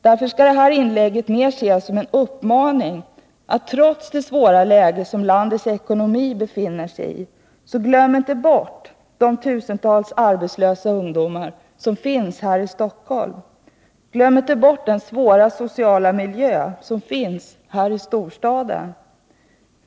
Därför skall det här inlägget ses som en uppmaning att trots det svåra läge som landets ekonomi befinner sig i inte glömma bort de tusentals arbetslösa ungdomar som finns här i Stockholm, att inte glömma bort den svåra sociala miljö som finns här i storstaden.